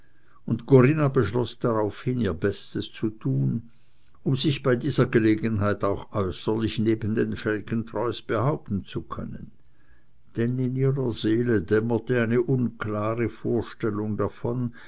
und corinna beschloß daraufhin ihr bestes zu tun um sich bei dieser gelegenheit auch äußerlich neben den felgentreus behaupten zu können denn in ihrer seele dämmerte eine unklare vorstellung davon